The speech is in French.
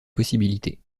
possibilités